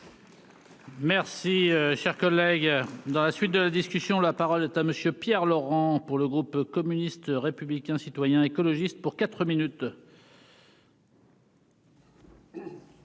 Merci, cher collègue. Dans la suite de la discussion, la parole est à monsieur Pierre Laurent pour le groupe communiste, républicain, citoyen et écologiste pour 4 minutes.